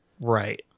right